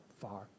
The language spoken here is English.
far